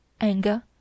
anger